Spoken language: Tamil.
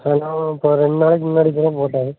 சார் நான் இப்போ ரெண்டு நாளைக்கு முன்னாடி கூட போட்டேன்